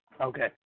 okay